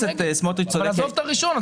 עזוב את הראשון.